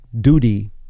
duty